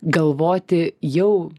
galvoti jau